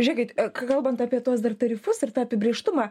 žiūrėkit kalbant apie tuos dar tarifus ir tą apibrėžtumą